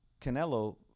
Canelo